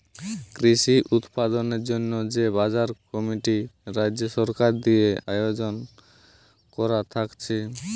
কৃষি উৎপাদনের জন্যে যে বাজার কমিটি রাজ্য সরকার দিয়ে আয়জন কোরা থাকছে